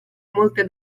molte